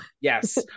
Yes